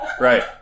Right